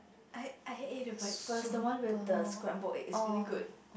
I I had eat the breakfast the one with the scramble egg is very good